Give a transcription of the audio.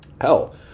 Hell